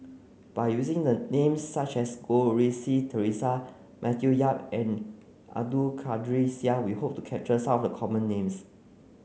by using the names such as Goh Rui Si Theresa Matthew Yap and Abdul Kadir Syed we hope to capture some of the common names